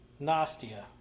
Nastia